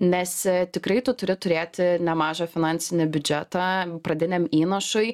nes tikrai tu turi turėti nemažą finansinį biudžetą pradiniam įnašui